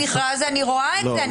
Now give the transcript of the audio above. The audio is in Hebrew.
במכרז אני רואה את זה.